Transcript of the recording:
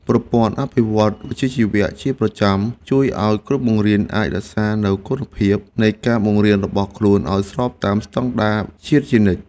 ប្រព័ន្ធអភិវឌ្ឍវិជ្ជាជីវៈជាប្រចាំជួយឱ្យគ្រូបង្រៀនអាចរក្សានូវគុណភាពនៃការបង្រៀនរបស់ខ្លួនឱ្យស្របតាមស្តង់ដារជាតិជានិច្ច។